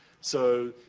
so,